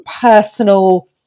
personal